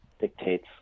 Dictates